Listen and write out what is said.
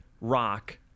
rock